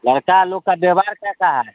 लड़का लोग का व्यवहार कैसा है